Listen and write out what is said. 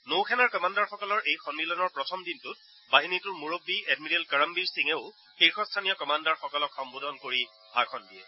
নৌ সেনাৰ কামাণ্ডাৰসকলৰ এই সন্মিলনৰ প্ৰথম দিনটোত বাহিনীটোৰ মূৰববী এডমিৰেল কৰমবীৰ সিঙেও শীৰ্ষস্থানীয় কামাণ্ডাৰসকলক সম্বোধন কৰি ভাষণ দিয়ে